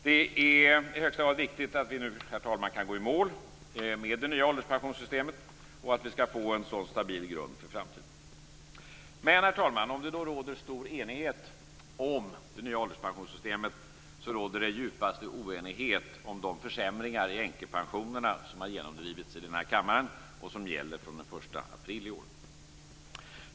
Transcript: Det är i högsta grad viktigt att vi nu, herr talman, kan gå i mål med det nya ålderspensionssystemet och att vi skall få en stabil grund för framtiden. Om det råder stor enighet om det nya ålderspensionssystemet så råder det djupaste oenighet om de försämringar i änkepensionerna som genomdrivits i den här kammaren och som gäller fr.o.m. den 1 april i år.